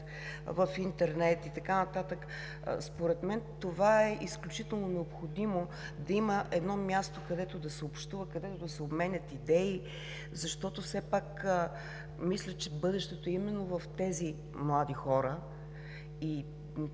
в интернет и така нататък, това е изключително необходимо – да има място, където да се общува, където да се обменят идеи, защото, мисля, че бъдещето е именно в тези млади хора и